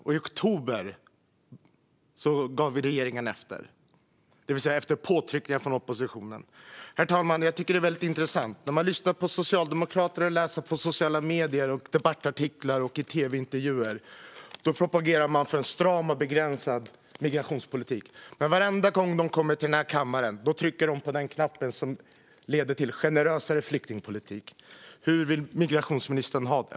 I oktober gav regeringen efter, detta efter påtryckningar från oppositionen. Herr talman! Jag tycker att det är väldigt intressant. I debattartiklar, på sociala medier och i tv-intervjuer propagerar Socialdemokraterna för en stram och begränsad migrationspolitik. Men varenda gång de kommer till den här kammaren trycker de på den knapp som leder till generösare flyktingpolitik. Hur vill migrationsministern ha det?